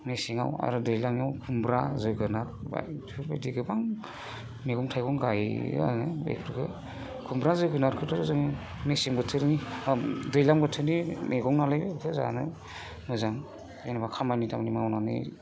मेसेङाव आरो दैज्लांनियाव खुमब्रा जोगोनार बेफोरबायदि गोबां मैगं थाइगं गायो आङो बेफोरखौ खुमब्रा जोगोनारखौथ' जोङो मेसें बोथोरनि बा दैज्लां बोथोरनि मैगंनालाय बेखौ जानो मोजां जेनोबा खामानि दामानि मावनानै